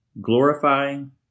glorifying